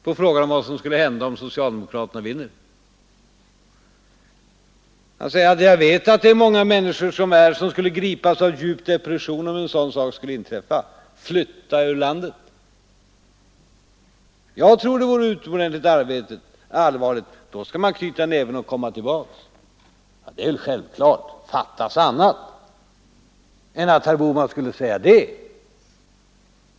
På frågan om vad som skulle hända om socialdemokraterna vann valet svarar han att han vet att många människor skulle gripas av djup depression om en sådan sak skulle inträffa och flytta ur landet. ”Jag tror det vore utomordentligt allvarligt, då skall man knyta näven och komma tillbaka.” Det är självklart, fattas bara annat än att herr Bohman skulle säga det!